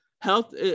Health